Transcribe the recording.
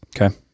Okay